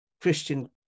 Christian